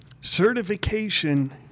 certification